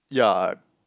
yeah